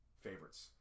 favorites